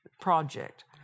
project